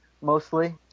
mostly